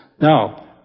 Now